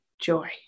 joy